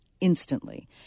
instantly